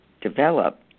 develop